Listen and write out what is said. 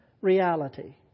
reality